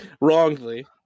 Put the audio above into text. wrongly